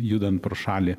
judant pro šalį